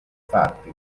farti